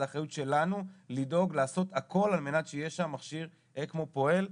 זה אחריות שלנו לדאוג לעשות הכל על מנת שיהיה שם מכשיר אקמו פועל.